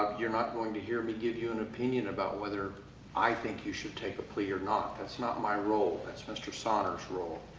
you're not going to hear me give you an opinion about whether i think you should take a plea or not. that's not my role. that's mr. sonner's role.